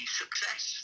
success